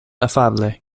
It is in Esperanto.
afable